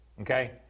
okay